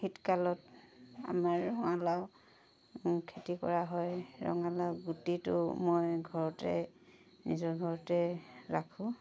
শীতকালত আমাৰ ৰঙালাও খেতি কৰা হয় ৰঙালাও গুটিটো মই ঘৰতে নিজৰ ঘৰতে ৰাখোঁ